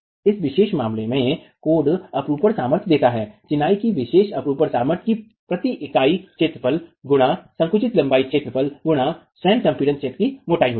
तो इस विशेष मामले में कोड अपरूपण सामर्थ्य देता है चिनाई की विशेषता अपरूपण सामर्थ्य प्रति इकाई क्षेत्रफल गुणा संकुचित लम्बाई क्षेत्र गुणा स्वयं संपीड़ित क्षेत्र कि मोटाई होती है